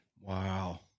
Wow